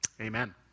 Amen